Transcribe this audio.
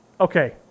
okay